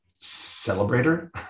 celebrator